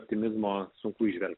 optimizmo sukuždėti